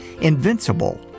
Invincible